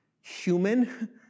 human